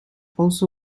also